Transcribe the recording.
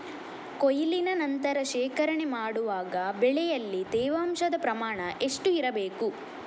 ಕೊಯ್ಲಿನ ನಂತರ ಶೇಖರಣೆ ಮಾಡುವಾಗ ಬೆಳೆಯಲ್ಲಿ ತೇವಾಂಶದ ಪ್ರಮಾಣ ಎಷ್ಟು ಇರಬೇಕು?